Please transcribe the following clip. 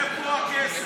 איפה הכסף?